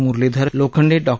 Muralidhar Lokhande Dr